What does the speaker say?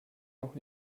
noch